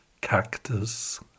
Cactus